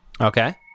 okay